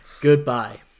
goodbye